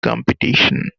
competition